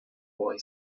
boy